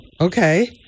Okay